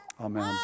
Amen